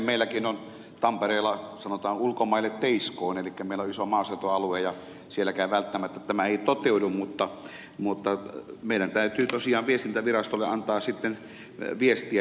meilläkin tampereella sanotaan ulkomaille teiskoon elikkä meillä on iso maaseutualue ja sielläkään välttämättä tämä ei toteudu mutta meidän täytyy tosiaan viestintävirastolle antaa viestiä jos ei toteudu